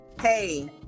Hey